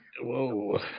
Whoa